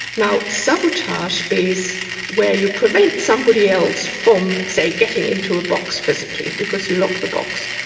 now, sabotage is where you prevent somebody else from, say, getting into a box physically, because you lock the box.